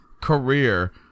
career